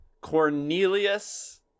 Cornelius